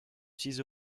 six